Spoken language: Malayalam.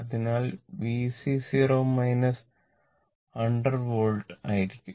അതിനാൽ വിസി 0 100 വോൾട്ട് ആയിരിക്കും